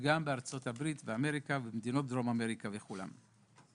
בארצות הברית ובמדינות דרום אמריקה וכולי.